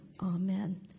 Amen